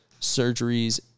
surgeries